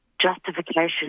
justification